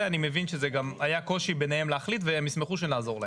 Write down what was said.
אני מבין שזה גם היה קושי ביניהם להחליט והם ישמחו שנעזור להם.